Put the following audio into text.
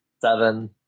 seven